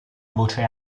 voce